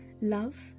love